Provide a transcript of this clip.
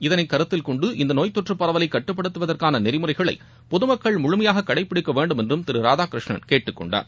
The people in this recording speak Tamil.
இதனை கருத்தில் கொன்டு இந்த நோய் தொற்றப் பரவலை கட்டுப்படுத்துவதற்கான நெறிமுறைகளை பொதுமக்கள் முழுமையாக கடைபிடிக்க வேண்டும் என்றும் திரு ராதாகிருஷ்ணன் கேட்டுக் கொண்டார்